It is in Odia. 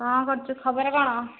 କ'ଣ କରୁଛୁ ଖବର କ'ଣ